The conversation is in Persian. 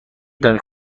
دانید